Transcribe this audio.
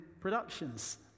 productions